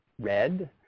red